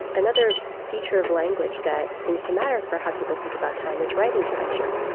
another feature of language that seems to matter for how people think about time is writing direction.